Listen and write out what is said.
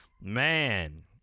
man